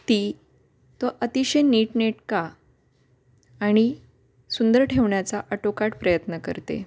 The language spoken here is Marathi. ती तो अतिशय नीटनेटका आणि सुंदर ठेवण्याचा आटोकाट प्रयत्न करते